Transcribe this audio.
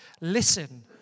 listen